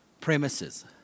premises